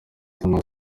thomas